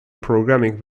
programming